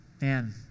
Man